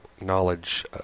knowledge